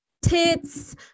tits